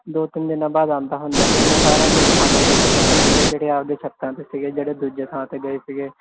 ਦੋ ਤਿੰਨ ਦਿਨਾਂ ਬਾਅਦ ਆਉਂਦਾ ਹੁੰਦਾ ਸੀ ਉਹਨਾਂ ਸਾਰਿਆਂ ਨੂੰ ਖਾਣਾ ਦੇ ਕੇ ਜਾਂਦਾ ਸੀਗਾ ਜਿਹੜੇ ਆਪਣੀਆਂ ਛੱਤਾਂ 'ਤੇ ਸੀਗੇ ਜਿਹੜੇ ਦੂਜੇ ਥਾਂ 'ਤੇ ਗਏ ਸੀਗੇ